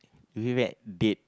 do you have date